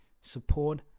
support